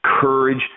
courage